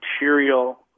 material